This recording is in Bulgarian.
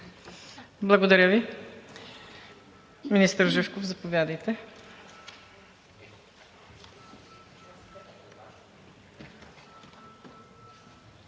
Благодаря Ви. Министър Комитова, заповядайте.